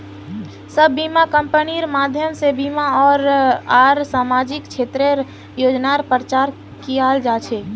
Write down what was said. सब बीमा कम्पनिर माध्यम से बीमा आर सामाजिक क्षेत्रेर योजनार प्रचार कियाल जा छे